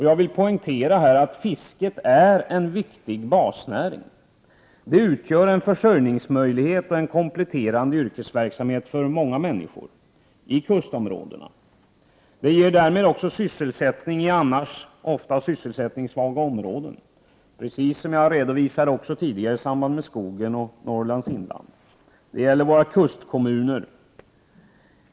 Jag vill poängtera att fisket är en viktig basnäring. Det utgör en försörjningsmöjlighet och en kompletterande yrkesverksamhet för många människor i kustområdena. Det ger därmed också sysselsättning i annars ofta sysselsättningssvaga områden, precis som jag redovisade tidigare i samband med skogen och Norrlands inland. Detta gäller våra kustkommuner.